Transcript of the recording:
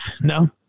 No